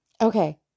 Okay